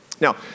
Now